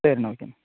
சரிண்ணா ஓகே